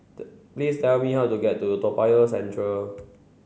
please tell me how to get to Toa Payoh Central